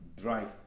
drive